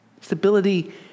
Stability